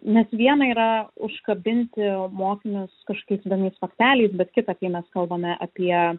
nes viena yra užkabinti mokinius kažkokiais įdomius fakteliais bet kita kai mes kalbame apie